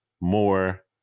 more